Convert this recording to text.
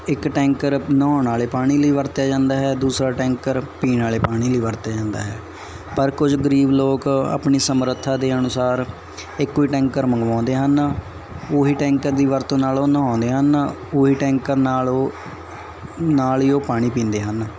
ਇੱਕ ਟੈਂਕਰ ਨਹਾਉਣ ਵਾਲੇ ਪਾਣੀ ਲਈ ਵਰਤਿਆ ਜਾਂਦਾ ਹੈ ਦੂਸਰਾ ਟੈਂਕਰ ਪੀਣ ਵਾਲੇ ਪਾਣੀ ਲਈ ਵਰਤਿਆ ਜਾਂਦਾ ਹੈ ਪਰ ਕੁਝ ਗਰੀਬ ਲੋਕ ਆਪਣੀ ਸਮਰੱਥਾ ਦੇ ਅਨੁਸਾਰ ਇੱਕੋ ਹੀ ਟੈਂਕਰ ਮੰਗਵਾਉਂਦੇ ਹਨ ਉਹ ਹੀ ਟੈਂਕਰ ਦੀ ਵਰਤੋਂ ਨਾਲ ਉਹ ਨਹਾਉਂਦੇ ਹਨ ਉਹ ਹੀ ਟੈਂਕਰ ਨਾਲ ਉਹ ਨਾਲ ਹੀ ਉਹ ਪਾਣੀ ਪੀਂਦੇ ਹਨ